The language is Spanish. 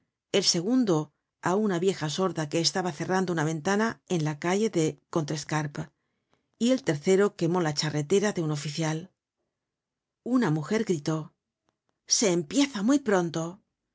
el segundo á una vieja sorda que estaba cerrando una ventana en la calle de contrescarpe y el tercero quemó la charretera de un oficial una mujer gritó se empieza muy pronto y